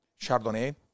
chardonnay